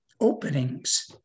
openings